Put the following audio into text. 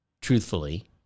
truthfully